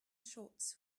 shorts